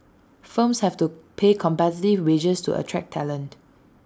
firms have to pay competitive wages to attract talent